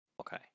Okay